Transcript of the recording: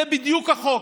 זה בדיוק החוק.